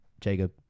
Jacob